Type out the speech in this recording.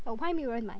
我拍没有人买